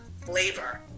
flavor